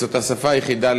זאת השפה היחידה,